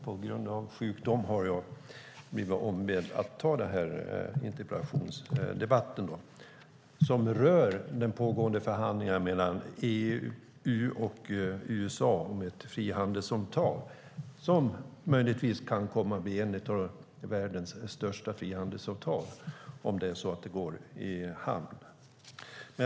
På grund av hans sjukdom har jag blivit ombedd att ta den här interpellationsdebatten, som rör de pågående förhandlingarna mellan EU och USA om ett frihandelsavtal som möjligtvis kan komma att bli ett av världens största frihandelsavtal, om förhandlingarna går i hamn.